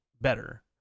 better